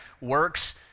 works